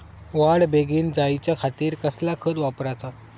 वाढ बेगीन जायच्या खातीर कसला खत वापराचा?